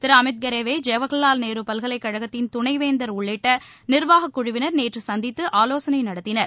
திரு அமித் கரே வை ஜவஹர்லால் நேரு பல்கலைக்கழகத்தின் துணைவேநதர் உள்ளிட்ட நிர்வாகக் குழுவினர் நேற்று சந்தித்து ஆலோசனை நடத்தினர்